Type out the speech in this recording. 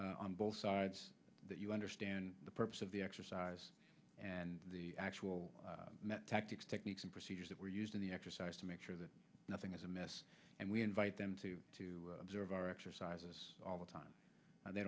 on both sides that you understand the purpose of the exercise and the actual met tactics techniques and procedures that were used in the exercise to make sure that nothing is a mess and we invite them to to observe our exercises all the time and they